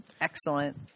Excellent